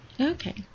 Okay